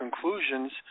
conclusions